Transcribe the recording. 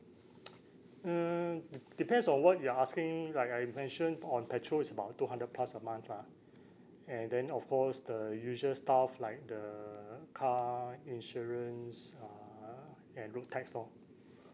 mm dep~ depends on what you're asking like I mentioned on petrol is about two hundred plus a month lah and then of course the usual stuff like the car insurance uh and road tax lor